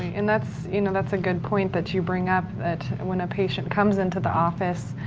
and that's you know that's a good point that you bring up, that and when a patient comes into the office,